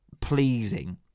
pleasing